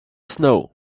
snow